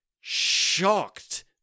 shocked